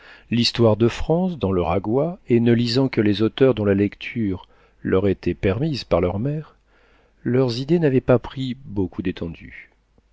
l'histoire de france dans le ragois et ne lisant que les auteurs dont la lecture leur était permise par leur mère leurs idées n'avaient pas pris beaucoup d'étendue